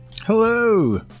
Hello